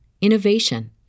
innovation